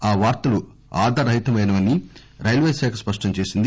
ఆ వార్తలు ఆధార రహితమైనవని రైల్వేశాఖ స్పష్టం చేసింది